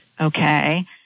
okay